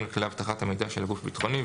לכללי אבטחת המידע של הגוף הביטחוני,